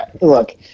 Look